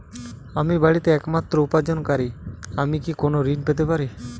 আমি বাড়িতে একমাত্র উপার্জনকারী আমি কি কোনো ঋণ পেতে পারি?